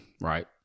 right